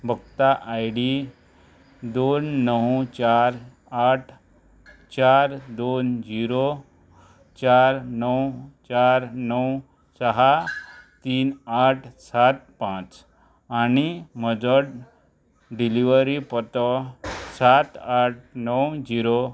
भक्ता I D दोन णव चार आठ चार दोन झिरो चार णव चार णव साहा तीन आठ सात पांच आनी म्हजो डिलिव्हरी पत्तो सात आठ णव झिरो